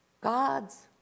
God's